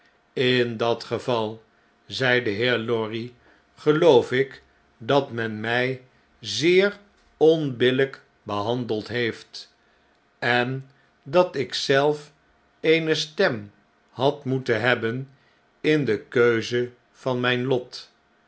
in dat geval zei de heer lorry geloof ik dat men mij zeer onbillijk behandeld heeft en dat ik zelf eene stem had moeten hebben in de keuze van mjjn lot